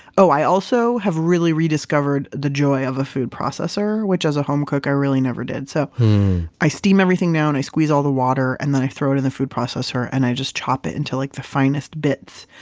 oh i also have really rediscovered the joy of a food processor, which as a home cook i really never did. so i steam everything now and i squeeze all the water, and then i throw it in the food processor and i just chop it into like the finest bits.